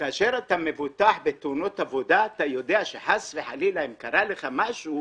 כאשר אתה מבוטח בתאונות עבודה אתה יודע שחס וחלילה אם קרה לך משהו,